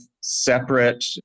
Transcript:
separate